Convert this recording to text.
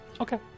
Okay